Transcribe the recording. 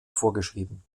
vorgeschrieben